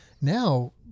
Now